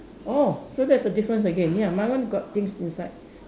oh so that's the difference again ya my one got things inside